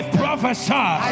prophesy